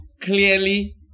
clearly